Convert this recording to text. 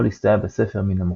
או להסתייע בספר מן המוכן,